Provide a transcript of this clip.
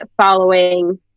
following